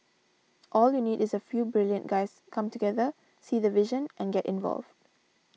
all you need is a few brilliant guys come together see the vision and get involved